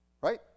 Right